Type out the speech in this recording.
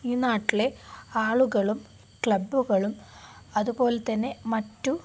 ഈ നാട്ടിലെ ആളുകളും ക്ലബ്ബുകളും അതുപോലെ തന്നെ മറ്റു